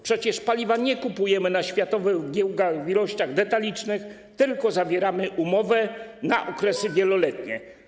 Przecież paliwa nie kupujemy na światowych giełdach w ilościach detalicznych, tylko zawieramy umowę na okresy wieloletnie.